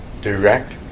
direct